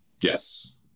Yes